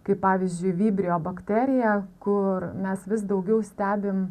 kaip pavyzdžiui vibrio bakterija kur mes vis daugiau stebim